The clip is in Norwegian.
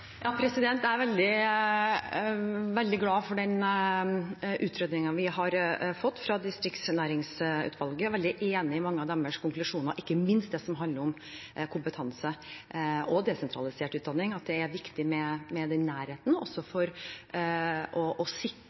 Jeg er veldig glad for den utredningen vi har fått fra distriktsnæringsutvalget. Jeg er veldig enig i mange av deres konklusjoner, ikke minst det som handler om kompetanse og desentralisert utdanning. Det er viktig med den nærheten også for å